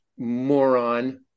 moron